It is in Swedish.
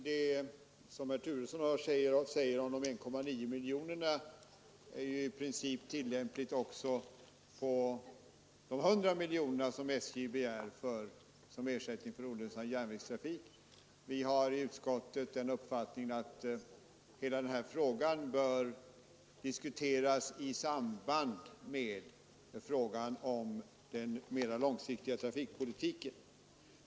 Herr talman! Resonemanget om de 1,8 miljoner kronor som herr Turesson här åsyftade är ju i princip tillämpligt också på de 100 miljoner kronor som SJ begär som ersättning för olönsam järnvägstrafik. I utskottet har vi varit av den uppfattningen att hela denna fråga bör diskuteras i samband med frågan om den mera långsiktiga trafikpolitiken.